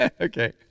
Okay